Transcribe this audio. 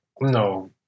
no